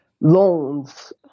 loans